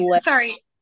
Sorry